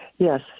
Yes